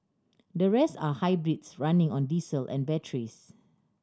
the rest are hybrids running on diesel and batteries